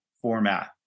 format